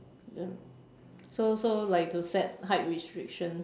ya so so like to set height restriction